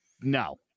No